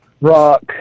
rock